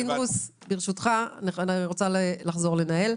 פינדרוס, ברשותך, אני רוצה לחזור לנהל.